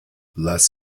less